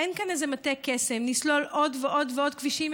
איזה מטה קסם: נסלול עוד ועוד ועוד כבישים,